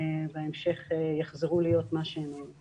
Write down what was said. שבהמשך יחזרו להיות מה שהם היו.